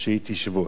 שהיא תשבות.